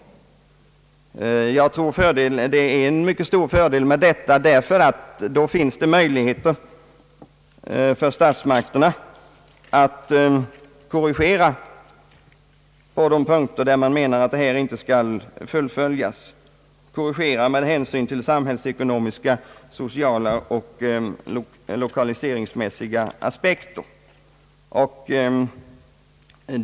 Jag tror att det är en mycket stor fördel med detta, ty då finns det möjligheter för statsmakterna att korrigera på de punkter där man menar att planen inte skall fullföljas — korrigera med hänsyn till samhällsekonomiska, sociala och lokaliseringsmässiga aspekter.